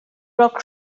rock